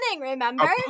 remember